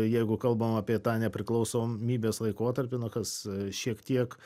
jeigu kalbam apie tą nepriklausomybės laikotarpį na kas šiek tiek